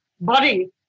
body